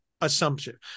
assumption